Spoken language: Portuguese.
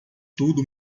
tudo